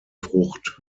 frucht